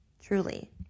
truly